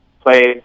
played